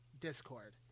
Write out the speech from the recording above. Discord